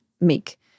make